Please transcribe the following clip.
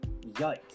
Yikes